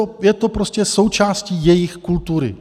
Je to prostě součástí jejich kultury.